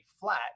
flat